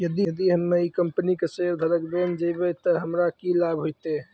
यदि हम्मै ई कंपनी के शेयरधारक बैन जैबै तअ हमरा की लाभ होतै